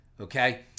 Okay